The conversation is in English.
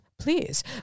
Please